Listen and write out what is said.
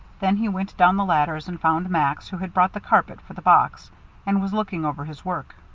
then he went down the ladders and found max, who had brought the carpet for the box and was looking over his work.